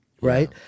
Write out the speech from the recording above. right